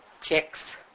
chicks